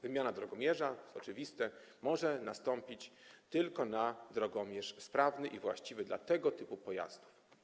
Wymiana drogomierza, to jest oczywiste, może nastąpić tylko na drogomierz sprawny i właściwy dla tego typu pojazdu.